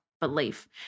belief